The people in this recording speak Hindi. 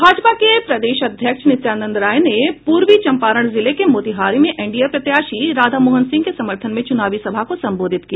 भाजपा के प्रदेश अध्यक्ष नित्यानंद राय ने पूर्वी चंपारण जिले के मोतिहारी में एनडीए प्रत्याशी राधामोहन सिंह के समर्थन में चुनावी सभा को संबोधित किया